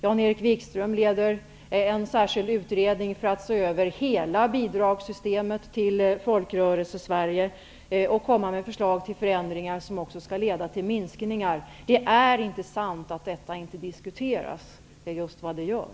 Jan-Erik Wikström leder en särskild utredning för att se över hela bidragssystemet till Folkrörelsesverige och komma med förslag till förändringar som också skall leda till minskningar. Det är inte sant att detta inte diskuteras. De är just vad man gör.